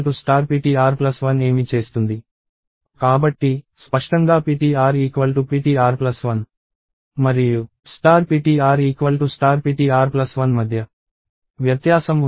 కాబట్టి స్పష్టంగా ptrptr1 మరియు ptrptr1 మధ్య వ్యత్యాసం ఉందని తెలుస్తుంది